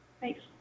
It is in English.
Thanks